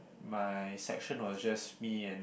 my section was just me and